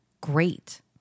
Great